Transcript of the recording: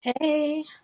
Hey